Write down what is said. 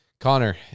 Connor